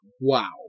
wow